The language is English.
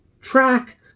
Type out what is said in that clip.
track